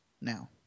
now